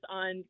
on